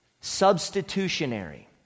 substitutionary